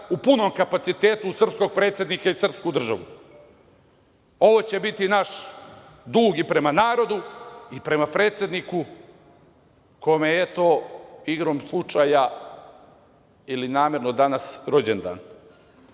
u punom kapacitetu srpskog predsednika i srpsku državu. Ovo će biti naš dug i prema narodu i prema predsedniku, kome je, eto, igrom slučaja ili namerno, danas rođendan.